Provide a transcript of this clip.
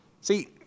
See